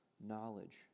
knowledge